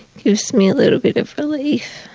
gives me a little bit of relief.